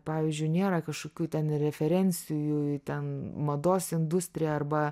pavyzdžiui nėra kažkokių ten referencijų į ten mados industriją arba